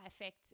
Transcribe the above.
affect